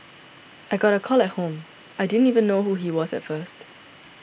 I got a call at home I didn't even know who he was at first